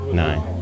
nine